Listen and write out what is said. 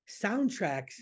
soundtracks